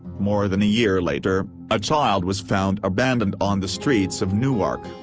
more than a year later, a child was found abandoned on the streets of newark,